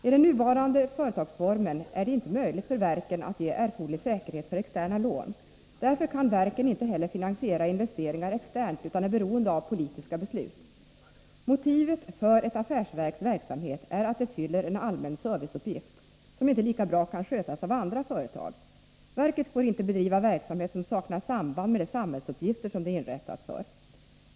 I den nuvarande företagsformen är det vidare inte möjligt för verken att ge erforderlig säkerhet för externa lån. Därför kan verken inte heller finansiera investeringar externt utan är beroende av politiska beslut. Motivet för ett affärsverks verksamhet är att den fyller en allmän serviceuppgift, som inte lika bra kan skötas av andra företag. Verket får inte bedriva verksamhet som saknar samband med de samhällsuppgifter som det inrättats för.